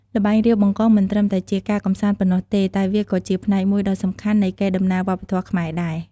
ល្បែង រាវបង្កង មិនត្រឹមតែជាការកម្សាន្តប៉ុណ្ណោះទេ តែវាក៏ជាផ្នែកមួយដ៏សំខាន់នៃកេរដំណែលវប្បធម៌ខ្មែរដែរ។